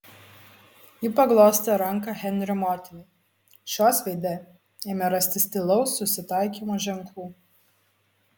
ji paglostė ranką henrio motinai šios veide ėmė rastis tylaus susitaikymo ženklų